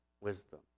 wisdom